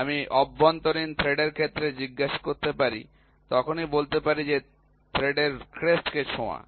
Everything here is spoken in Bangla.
আমি অভ্যন্তরীণ থ্রেডের ক্ষেত্রে জিজ্ঞাসা করতে পারি তখনই বলতে পারি থ্রেডের ক্রেস্ট কে ছোঁয়া